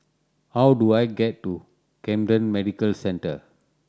how do I get to Camden Medical Centre